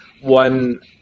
one